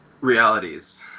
realities